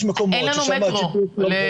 יש מקומות ששם האזיק לא עובד.